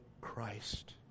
Christ